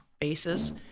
bases